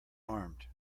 armed